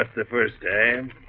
the first and